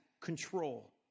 control